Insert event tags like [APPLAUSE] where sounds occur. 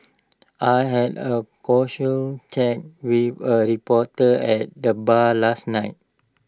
I had A [UNINTELLIGIBLE] chat with A reporter at the bar last night